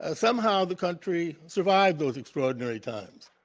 ah somehow the country survived those extraordinary times.